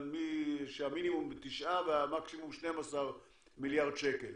שהמינימום הוא תשעה והמקסימום הוא 12 מיליארד שקל,